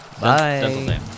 Bye